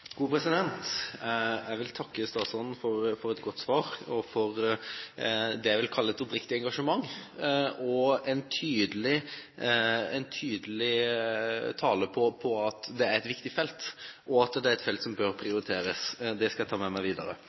Jeg vil takke statsråden for et godt svar, for det jeg vil kalle et oppriktig engasjement, og for en tydelig tale om at dette er et viktig felt som bør prioriteres. Det skal jeg ta med meg videre.